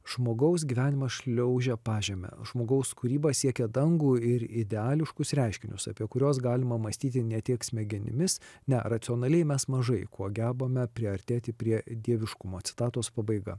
žmogaus gyvenimas šliaužia pažeme žmogaus kūryba siekia dangų ir ideališkus reiškinius apie kuriuos galima mąstyti ne tiek smegenimis ne racionaliai mes mažai kuo gebame priartėti prie dieviškumo citatos pabaiga